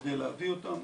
בכדי להביא אותם.